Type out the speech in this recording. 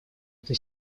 это